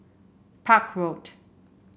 Park Road